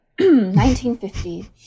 1950